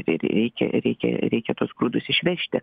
reikia reikia reikia tuos grūdus išvežti